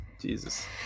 Jesus